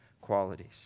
qualities